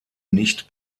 nicht